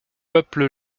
peuple